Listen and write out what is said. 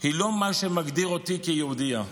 היא לא מה שמגדיר אותי כיהודייה.